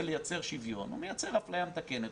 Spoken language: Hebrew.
לייצר שוויון הוא מייצר הפליה מתקנת,